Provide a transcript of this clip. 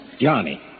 Johnny